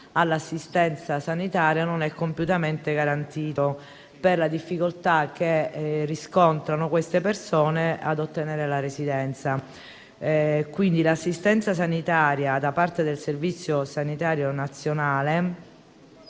all'assistenza sanitaria non è compiutamente garantito, per la difficoltà che riscontrano queste persone ad ottenere la residenza. Quindi l'assistenza sanitaria da parte del Servizio sanitario nazionale